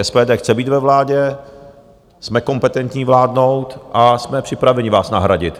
SPD chce být ve vládě, jsme kompetentní vládnout a jsme připraveni vás nahradit.